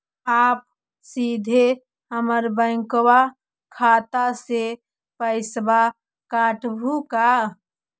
आप सीधे हमर बैंक खाता से पैसवा काटवहु का?